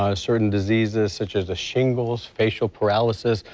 ah certain diseases such as shingles, facial paralysis.